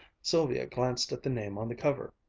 sylvia glanced at the name on the cover.